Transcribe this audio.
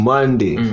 Monday